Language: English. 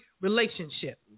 relationship